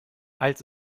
als